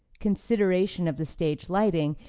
consideration of the stage lighting,